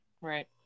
right